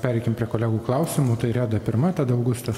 pereikim prie kolegų klausimų tai reda pirma tada augustas